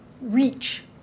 reach